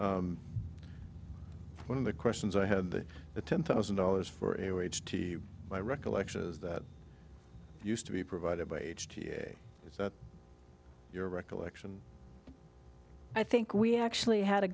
bill one of the questions i had that the ten thousand dollars for a wage to my recollection is that used to be provided by h g is that your recollection i think we actually had a